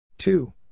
Two